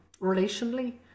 relationally